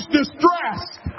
distressed